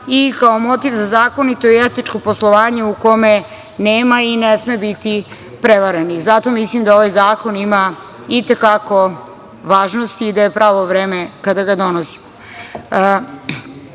i kao motiv za zakonito i etičko poslovanje u kome nema i ne sme biti prevarenih. Zato mislim da ovaj zakon ima i te kako važnosti i da je pravo vreme kada ga donosimo. Novi,